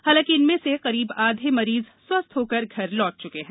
हालांकि इनमें से करीब आधे मरीज स्वस्थ होकर घर लौट चके हैं